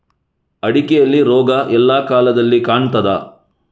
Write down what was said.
ಅಡಿಕೆಯಲ್ಲಿ ರೋಗ ಎಲ್ಲಾ ಕಾಲದಲ್ಲಿ ಕಾಣ್ತದ?